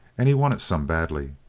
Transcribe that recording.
and he wanted some badly,